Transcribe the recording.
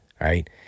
right